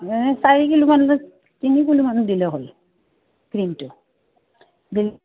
এই চাৰি কিলোমান তিনি কিলোমান দিলে হ'ল ক্ৰীমটো